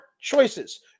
choices